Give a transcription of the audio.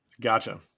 Gotcha